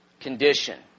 condition